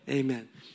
amen